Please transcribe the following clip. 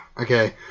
Okay